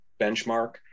benchmark